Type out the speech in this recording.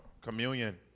communion